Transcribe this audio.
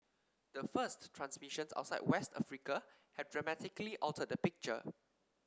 the first transmissions outside West Africa have dramatically altered the picture